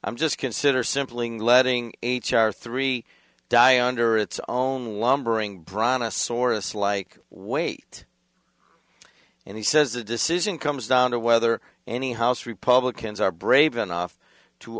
i'm just consider simply letting h r three die under its own lumbering bron a saurus like wait and he says the decision comes down to whether any house republicans are brave enough to